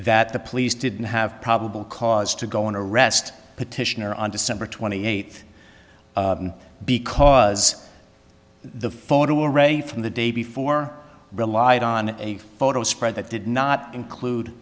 that the police didn't have probable cause to go and arrest petitioner on december twenty eighth because the photo array from the day before relied on a photo spread that did not include